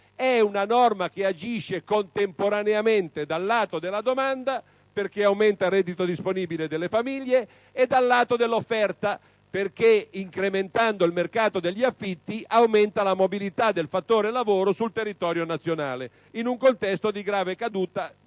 degli affitti agisce contemporaneamente dal lato della domanda, perché aumenta il reddito disponibile delle famiglie, e dal lato dell'offerta, perché, incrementando il mercato degli affitti, aumenta la mobilità del fattore lavoro sul territorio nazionale (scelta di tipo